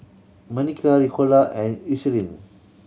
Manicare Ricola and